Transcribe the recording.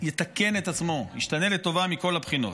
יתקן את עצמו, ישתנה לטובה מכל הבחינות.